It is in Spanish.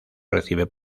recibe